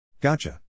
Gotcha